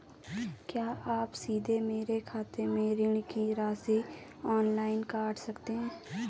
क्या आप सीधे मेरे खाते से ऋण की राशि ऑनलाइन काट सकते हैं?